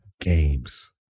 games